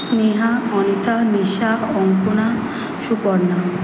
Sneha Anita Nisha Ankana Suparna